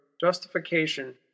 Justification